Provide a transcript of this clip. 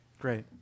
great